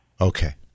Okay